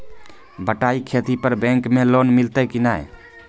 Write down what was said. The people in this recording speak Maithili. बटाई खेती पर बैंक मे लोन मिलतै कि नैय?